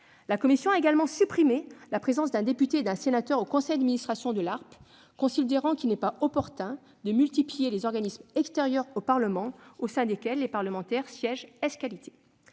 La commission a également supprimé la présence d'un député et d'un sénateur au conseil d'administration de l'ARPE, considérant qu'il n'est pas opportun de multiplier les organismes extérieurs au Parlement au sein desquels des parlementaires siègent ès qualités.